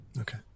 Okay